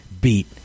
beat